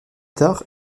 tard